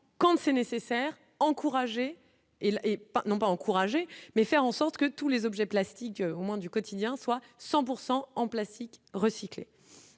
quand c'est nécessaire, encouragé et pas, non pas encourager, mais faire en sorte que tous les objets plastiques au moins du quotidien, soit 100 pourcent en plastique recyclé,